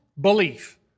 belief